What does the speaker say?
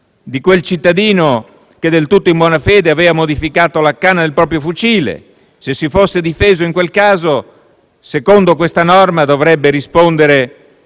di quel cittadino che, del tutto in buona fede, aveva modificato la canna del proprio fucile e se si fosse difeso in quel caso, secondo questa norma, dovrebbe rispondere